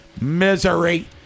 misery